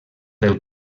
del